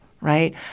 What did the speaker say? right